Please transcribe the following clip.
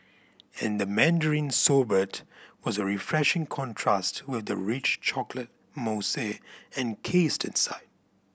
and the mandarin sorbet was a refreshing contrast with the rich chocolate mousse encased inside